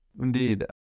indeed